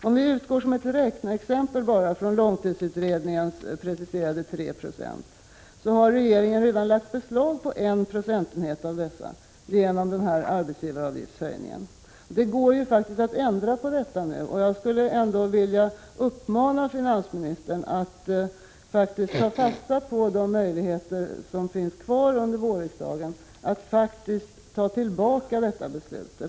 Om vi utgår ifrån långtidsutredningens angivna 3 26, kan man konstatera att regeringen genom den här arbetsgivaravgiftshöjningen redan har lagt beslag på 1 procentenhet. Nu går det faktiskt att ändra på detta, och jag skulle vilja uppmana finansministern att ta fasta på de möjligheter som finns kvar under vårriksdagen att dra tillbaka beslutet.